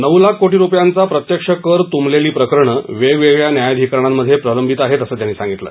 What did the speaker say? नऊ लाख कोटी रुपयांचा प्रत्यक्ष कर तुंबलेली प्रकरणं वेगवेगळ्या न्यायाधिकरणां मध्ये प्रलंबित आहेत असं त्यांनी सांगितलं